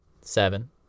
seven